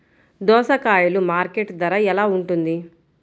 దోసకాయలు మార్కెట్ ధర ఎలా ఉంటుంది?